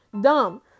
Dumb